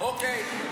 אוקיי.